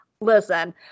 Listen